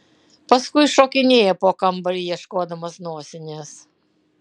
paskui šokinėja po kambarį ieškodamas nosinės